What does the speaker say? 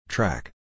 Track